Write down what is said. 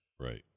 right